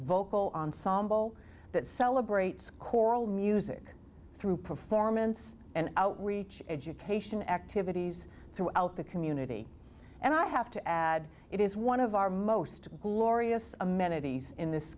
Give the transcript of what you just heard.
vocal ensemble that celebrates choral music through performance and outreach education activities throughout the community and i have to add it is one of our most glorious amenities in this